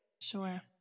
sure